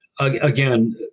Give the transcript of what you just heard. Again